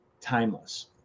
Timeless